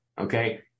Okay